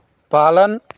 पालन